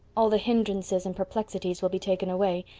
all the hindrances and perplexities will be taken away,